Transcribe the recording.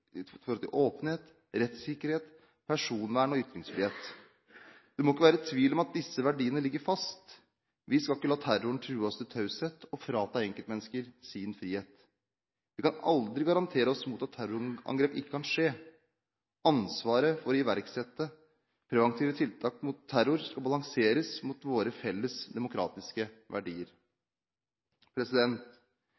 til åpenhet, rettssikkerhet, personvern og ytringsfrihet. Det må ikke være tvil om at disse verdiene ligger fast. Vi skal ikke la terroren true oss til taushet og frata enkeltmennesker deres frihet. Vi kan aldri garantere at terrorangrep ikke kan skje. Ansvaret for å iverksette preventive tiltak mot terror skal balanseres mot våre felles demokratiske verdier.